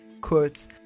quotes